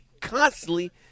constantly